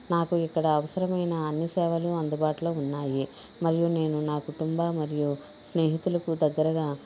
నాకు ఇక్కడ అవసరమైన అన్ని సేవలు అందుబాటులో ఉన్నాయి మరియు నేను నా కుటుంబ మరియు స్నేహితులకు దగ్గరగా